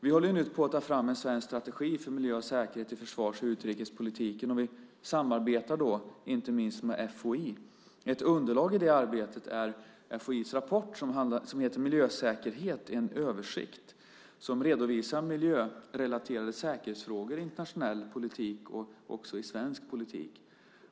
Vi håller nu på att ta fram en svensk strategi för miljö och säkerhet i försvars och utrikespolitiken. Vi samarbetar då inte minst med FOI. Ett underlag i det arbetet är FOI:s rapport Miljösäkerhet - En översikt . Den redovisar miljörelaterade säkerhetsfrågor i internationell politik och också i svensk politik.